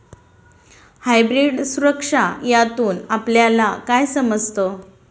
Hybrid सुरक्षा यातून आपल्याला काय समजतं?